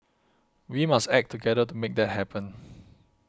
we must act together to make that happen